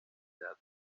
datos